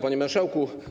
Panie Marszałku!